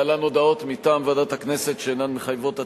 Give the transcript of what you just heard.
להלן הודעות מטעם ועדת הכנסת שאינן מחייבות הצבעה.